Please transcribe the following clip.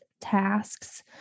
tasks